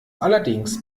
allerdings